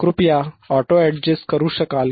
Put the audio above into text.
कृपया auto adjust करू शकाल का